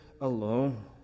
alone